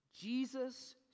Jesus